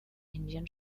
indian